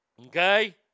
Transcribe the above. Okay